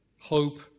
hope